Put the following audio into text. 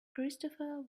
christopher